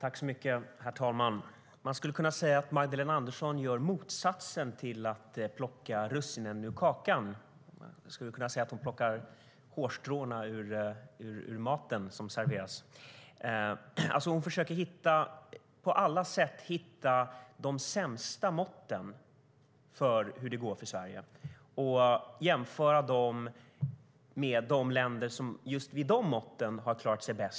Herr talman! Man skulle kunna säga att Magdalena Andersson gör motsatsen till att plocka russinen ur kakan. Man skulle kunna säga att hon plockar hårstråna ur den mat som serveras. Hon försöker på alla sätt hitta de sämsta måtten för hur det går för Sverige och jämföra dem med de länder som med just de måtten har klarat sig bäst.